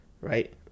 Right